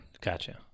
gotcha